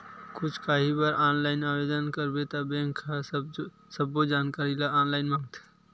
कुछु काही बर ऑनलाईन आवेदन करबे त बेंक ह सब्बो जानकारी ल ऑनलाईन मांगथे